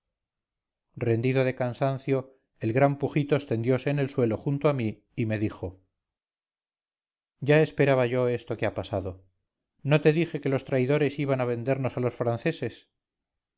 rendido de cansancio el gran pujitos tendiose en el suelo junto a mí y me dijo ya esperaba yo esto que ha pasado no te dije que los traidores iban a vendernos a los franceses